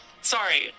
Sorry